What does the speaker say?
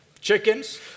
chickens